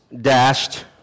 dashed